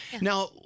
Now